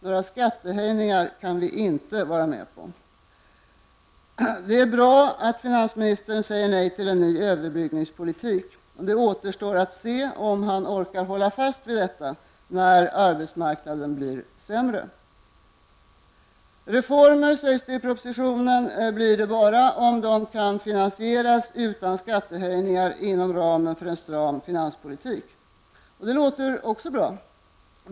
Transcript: Några skattehöjningar kan vi inte vara med på. Det är bra att finansministern säger nej till en ny överbryggningspolitik. Det återstår att se om han orkar hålla fast vid detta när arbetsmarknaden blir sämre. Reformer, sägs det i propositionen, blir det bara om de kan finansieras utan skattehöjningar inom ramen för en stram finanspolitik. Det låter också bra.